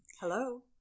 Hello